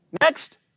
Next